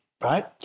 right